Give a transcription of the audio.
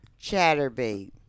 Chatterbait